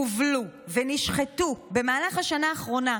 הובלו ונשחטו במהלך השנה האחרונה,